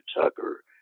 Tucker